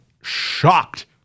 shocked